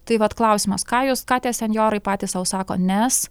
tai vat klausimas ką jūs ką tie senjorai patys sau sako nes